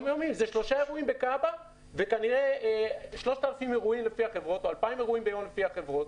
זה שלושה אירועים בכב"א וכנראה 3,000 או 2,000 אירועים ביום לפי החברות,